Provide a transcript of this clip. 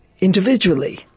individually